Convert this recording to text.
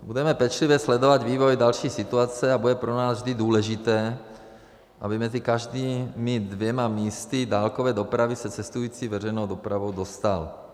Budeme pečlivě sledovat vývoj další situace a bude pro nás vždy důležité, aby mezi každými dvěma místy dálkové dopravy se cestující veřejnou dopravou dostal.